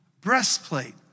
breastplate